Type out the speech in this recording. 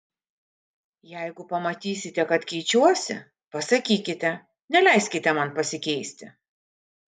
jeigu pamatysite kad keičiuosi pasakykite neleiskite man pasikeisti